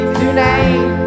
tonight